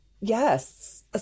Yes